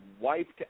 wiped